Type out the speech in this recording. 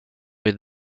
with